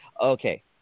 Okay